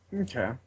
Okay